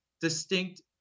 distinct